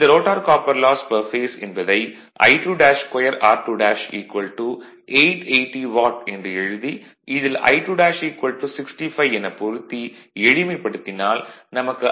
இந்த rotor copper loss per phase என்பதை I22 r2 880 watt என்று எழுதி இதில் I2 65 எனப் பொருத்தி எளிமைப்படுத்தினால் நமக்கு r2 0